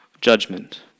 judgment